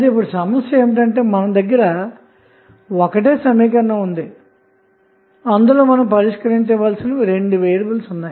ఇప్పుడు సమస్య ఏమిటంటే మన దగ్గర ఒక సమీకరణం ఉంది అందులో మనము పరిష్కరించవలసిన రెండు వేరియబుల్స్ ఉన్నాయి